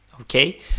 okay